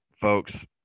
Folks